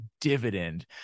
dividend